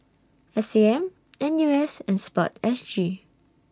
S A M N U S and Sport S G